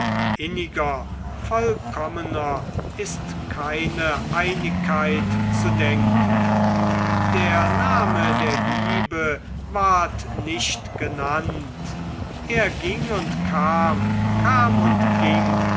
inniger vollkommener ist keine einigkeit zu denken der name der liebe ward nicht genannt er ging und kam kam und ging